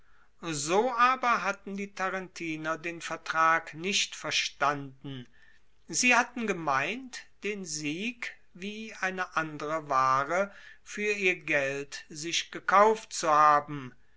so aber hatten die tarentiner den vertrag nicht verstanden sie hatten gemeint den sieg wie eine andere ware fuer ihr geld sich gekauft zu haben